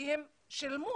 כי הן שילמו